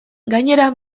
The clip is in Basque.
gainera